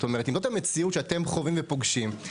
אם זו המציאות שאתם חווים ופוגשים,